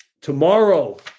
Tomorrow